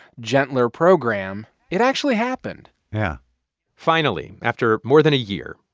gentler program, it actually happened yeah finally, after more than a year,